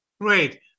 Great